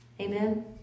Amen